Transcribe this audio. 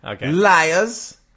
liars